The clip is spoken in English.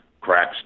cracks